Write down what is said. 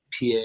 PA